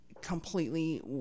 completely